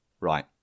Right